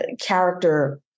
character